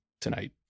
tonight